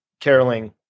caroling